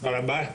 תודה רבה.